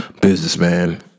Businessman